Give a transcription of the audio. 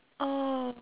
oh